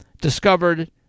discovered